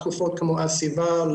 תרופות כמו אסיוול,